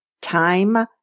Time